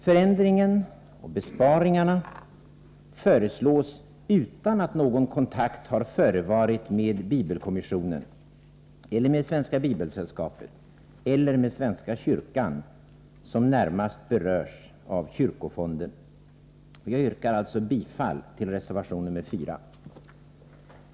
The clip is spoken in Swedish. Förändringen och besparingarna föreslås utan att någon kontakt har förevarit med bibelkommissionen — eller med Svenska bibelsällskapet, eller med Svenska kyrkan, som närmast berörs av kyrkofonden. Jag yrkar alltså bifall till reservation nr 4.